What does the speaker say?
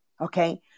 okay